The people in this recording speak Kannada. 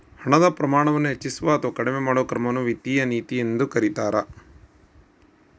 ಹಣದ ಪ್ರಮಾಣವನ್ನು ಹೆಚ್ಚಿಸುವ ಅಥವಾ ಕಡಿಮೆ ಮಾಡುವ ಕ್ರಮವನ್ನು ವಿತ್ತೀಯ ನೀತಿ ಎಂದು ಕರೀತಾರ